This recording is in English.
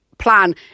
plan